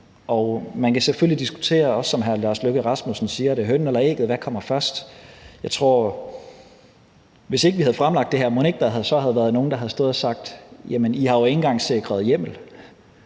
og man kan selvfølgelig diskutere, også som hr. Lars Løkke Rasmussen siger, om det er hønen eller ægget: Hvad kommer først? Mon ikke der, hvis ikke vi havde fremlagt det her, havde været nogen, der havde stået og sagt: Jamen I har jo ikke engang sikret hjemmel?